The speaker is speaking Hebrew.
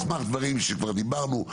על סמך דברים שכבר דיברנו,